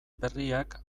berriak